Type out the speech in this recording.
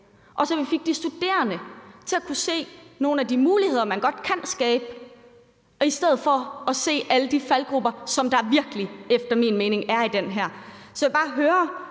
og så vi fik de studerende til at kunne se nogle af de muligheder, man godt kan skabe, i stedet for at se alle de faldgruber, som der virkelig efter min mening er i det her. Så jeg vil bare høre,